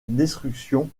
destruction